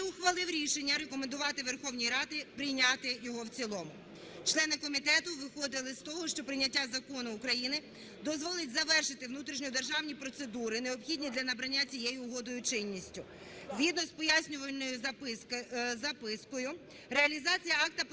ухвалив рішення рекомендувати Верховній Раді прийняти його в цілому. Члени комітету виходили з того, що прийняття закону України дозволить завершити внутрішньодержавні процедури, необхідні для набрання цією угодою чинності. Згідно з пояснювальною запискою реалізація акта